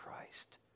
Christ